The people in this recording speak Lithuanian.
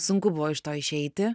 sunku buvo iš to išeiti